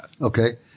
Okay